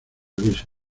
ulises